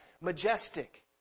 majestic